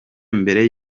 mbere